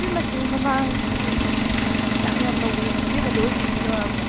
ꯏꯕꯦꯝꯃꯁꯤ ꯃꯃꯥꯡ ꯁꯣꯏꯕꯨꯝ ꯌꯥꯝ ꯌꯥꯝ ꯂꯧꯕ ꯏꯕꯦꯝꯃꯗꯨ ꯑꯣꯏꯕꯤꯒꯗꯧꯔꯤꯕ꯭ꯔꯥ